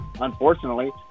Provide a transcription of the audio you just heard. unfortunately